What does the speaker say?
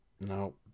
no